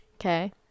Okay